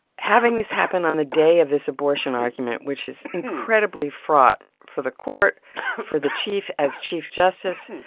having this happen on the day of this abortion argument, which is incredibly fraught for the court for the chief as chief justice,